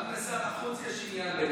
גם לשר החוץ יש עניין בכך.